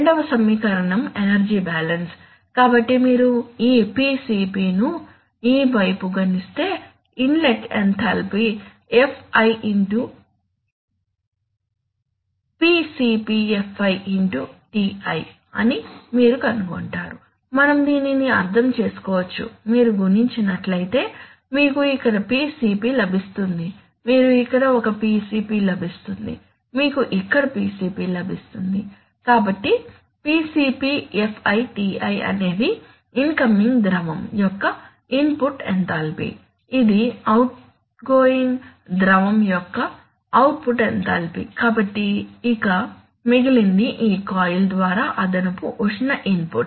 రెండవ సమీకరణం energy balance కాబట్టి మీరు ఈ pCp ను ఈ వైపు గుణిస్తే inlet enthalpy Fi X ρCpFi Ti అని మీరు కనుగొంటారు మనం దీనిని అర్థం చేసుకోవచ్చు మీరు గుణించినట్లయితే మీకు ఇక్కడ ρCp లభిస్తుంది మీరు ఇక్కడ ఒక ρCp లభిస్తుంది మీకు ఇక్కడ ρCp లభిస్తుంది కాబట్టి pCpFiTi అనేది ఇన్కమింగ్ ద్రవం యొక్క ఇన్పుట్ ఎంథాల్పీ ఇది అవుట్గోయింగ్ ద్రవం యొక్క అవుట్పుట్ ఎంథాల్పీ కాబట్టి ఇక మిగిలింది ఈ కాయిల్ ద్వారా అదనపు ఉష్ణ ఇన్పుట్